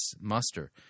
muster